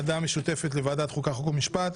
החוקה, חוק ומשפט,